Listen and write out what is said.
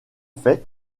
fait